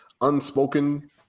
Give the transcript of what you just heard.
unspoken